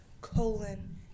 colon